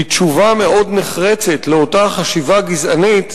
היא תשובה מאוד נחרצת לאותה חשיבה גזענית,